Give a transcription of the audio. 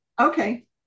okay